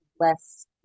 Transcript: less